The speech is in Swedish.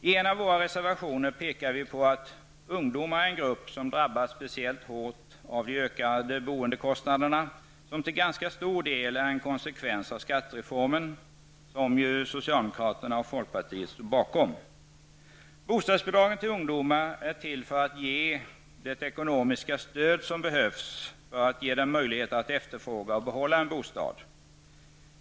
I en av våra reservationer pekar vi på att ungdomar är en grupp som drabbats speciellt hårt av de ökade boendekostnaderna, vilka i sin tur till stor del är en konsekvens av skattereformen som socialdemokraterna och folkpartiet stod bakom. Bostadsbidragen till ungdomar är till för att ge det ekonomiska stöd som behövs för att ge dem möjligheter att efterfråga och behålla en bostad.